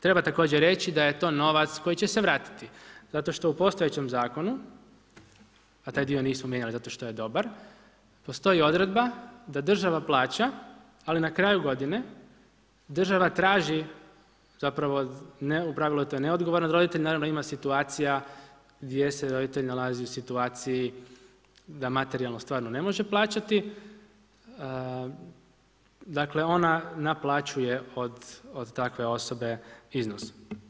Treba također reći da je to novac koji će se vratiti zato što u postojećem zakonu, a taj dio nismo mijenjali zato što je dobar, postoji odredba da država plaća, ali na kraju godine država traži zapravo u pravilu je to neodgovoran roditelj, naravno ima situacija gdje se roditelj nalazi u situaciji da materijalno stvarno ne može plaćati, dakle ona naplaćuje od takve osobe iznos.